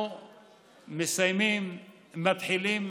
מתחילים